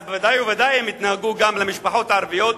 אז ודאי וודאי הם יתנהגו גם למשפחות הערביות,